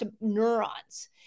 neurons